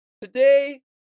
Today